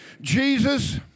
Jesus